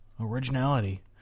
originality